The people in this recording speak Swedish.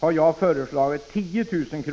Jag har föreslagit en gräns på 10 000 kr.